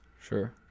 Sure